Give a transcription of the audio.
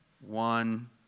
One